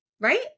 right